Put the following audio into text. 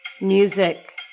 Music